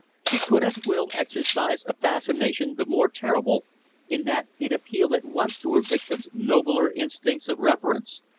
she could at will exercise a fascination the more terrible in that it appealed at once to her victim's nobler instincts of reverence,